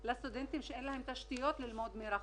לסטודנטים שאין להם את התשתיות ללמוד מרחוק.